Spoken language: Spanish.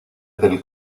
del